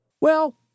Well